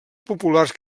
populars